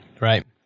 Right